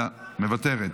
מוותרת,